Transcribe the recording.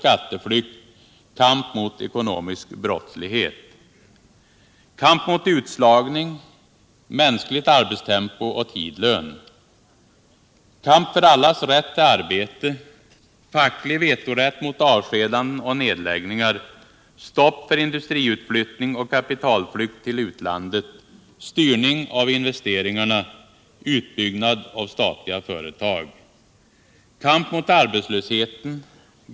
Kamp mot utslagning. Mänskligt abetstempo. Tidlön. Kamp mot arbetslösheten.